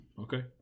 Okay